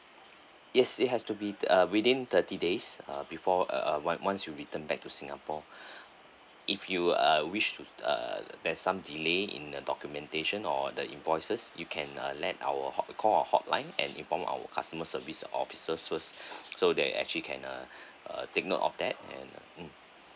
yes it has to be uh within thirty days uh before uh once you return back to singapore if you uh wish to err there's some delay in documentation or the invoices you can uh let our hot call our hotline and inform our customer service officer so so they actually can uh uh take note of that on mm